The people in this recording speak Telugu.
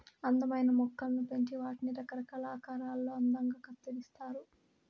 అందమైన మొక్కలను పెంచి వాటిని రకరకాల ఆకారాలలో అందంగా కత్తిరిస్తారు